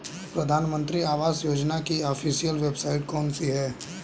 प्रधानमंत्री आवास योजना की ऑफिशियल वेबसाइट कौन सी है?